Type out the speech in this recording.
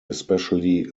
especially